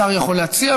השר יכול להציע,